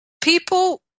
people